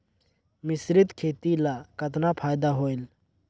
मिश्रीत खेती ल कतना फायदा होयल?